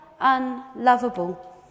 unlovable